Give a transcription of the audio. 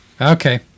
Okay